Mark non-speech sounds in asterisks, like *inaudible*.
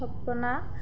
*unintelligible*